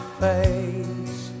face